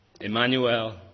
Emmanuel